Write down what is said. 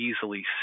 easily